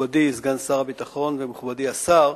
מכובדי סגן שר הביטחון ומכובדי השר,